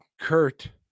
kurt